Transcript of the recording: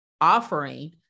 offering